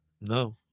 No